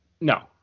No